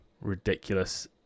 ridiculous